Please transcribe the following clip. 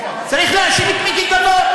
צריך להאשים את מיקי גנור.